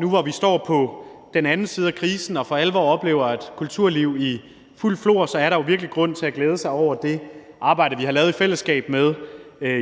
Nu, hvor vi står på den anden side af krisen og for alvor oplever et kulturliv i fuldt flor, er der jo virkelig grund til at glæde sig over det arbejde, vi har lavet i fællesskab, med